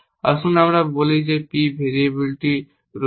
আসুন আমরা বলি যে p ভেরিয়েবল রয়েছে